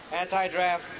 anti-draft